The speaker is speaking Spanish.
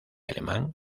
alemán